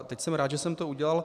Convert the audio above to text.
Teď jsem rád, že jsem to udělal.